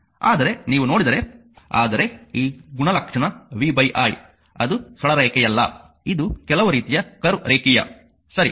ಆದರೆ ನೀವು ನೋಡಿದರೆ ಆದರೆ ಈ ಗುಣಲಕ್ಷಣ vi ಅದು ಸರಳ ರೇಖೆಯಲ್ಲ ಇದು ಕೆಲವು ರೀತಿಯ ಕರ್ವ್ ರೇಖೀಯ ಸರಿ